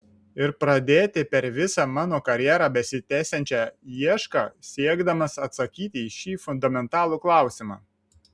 ir pradėti per visą mano karjerą besitęsiančią iešką siekdamas atsakyti į šį fundamentalų klausimą